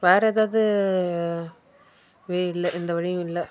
வேறு எதாவது வே இல்லை எந்த வழியும் இல்லை